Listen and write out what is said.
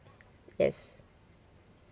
yes